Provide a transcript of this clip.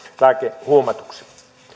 lääkehuumatuksi